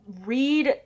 read